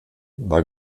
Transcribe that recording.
war